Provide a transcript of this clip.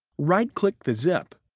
right-click the zip